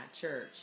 church